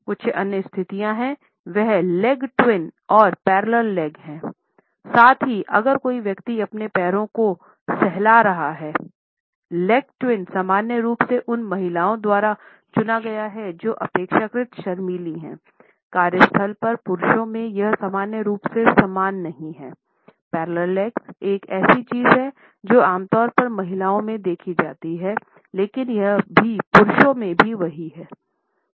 कुछ अन्य स्थितियाँ हैं वह लेग ट्विन एक ऐसी चीज है जो आमतौर पर महिलाओं में देखी जाती है लेकिन यह भीपुरुषों में भी वही है